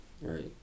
Right